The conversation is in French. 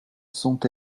sont